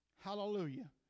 Hallelujah